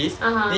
(uh huh)